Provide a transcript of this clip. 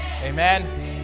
Amen